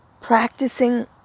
practicing